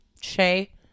Shay